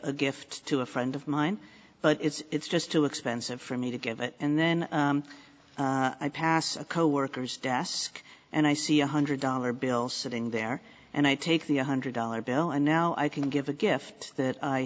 a gift to a friend of mine but it's just too expensive for me to give it and then i pass a co worker's desk and i see a hundred dollar bill sitting there and i take the one hundred dollar bill and now i can give a gift that i